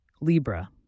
Libra